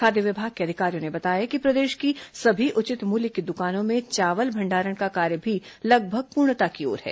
खाद्य विभाग के अधिकारियों ने बताया कि प्रदेश की सभी उचित मूल्य की दुकानों में चावल भंडारण का कार्य भी लगभग पूर्णता की ओर है